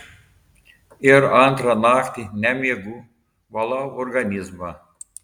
ir antrą naktį nemiegu valau organizmą